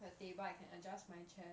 the table I can adjust my chair